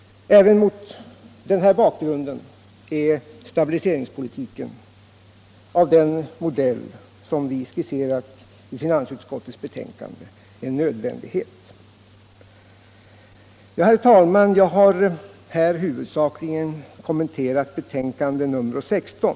Även mot denna bakgrund är en stabiliseringspolitik av den modell som vi skisserat i finansutskottets betänkande en nödvändighet. Herr talman! Jag har här huvudsakligen kommenterat betänkande nr 16.